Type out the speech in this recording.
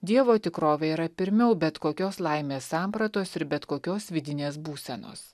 dievo tikrovė yra pirmiau bet kokios laimės sampratos ir bet kokios vidinės būsenos